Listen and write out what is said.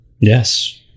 Yes